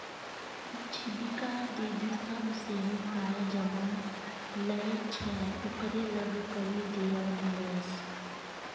जीविका दीदी सभ सेहो पाय जमा लै छै ओकरे लग करि दियौ निवेश